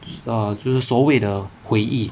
err 就是所谓的回忆